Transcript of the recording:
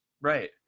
Right